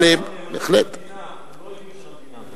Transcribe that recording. נאמנים למדינה.